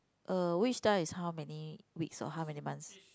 uh which time is how many weeks or how many months